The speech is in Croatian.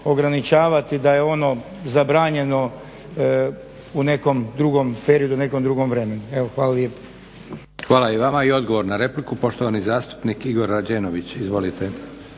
ograničavati da je ono zabranjeno u nekom drugom periodu, u nekom drugo vremenu. Evo, hvala lijepa. **Leko, Josip (SDP)** Hvala i vama. I odgovor na repliku poštovani zastupnik Igor Rađenović. Izvolite.